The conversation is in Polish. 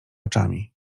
oczami